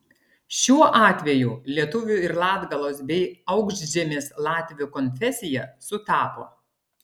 šiuo atveju lietuvių ir latgalos bei aukšžemės latvių konfesija sutapo